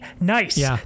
nice